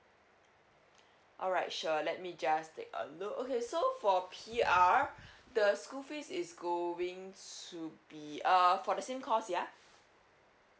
alright sure let me just take a look okay so for P_R the school fees is going to be uh for the same course yeah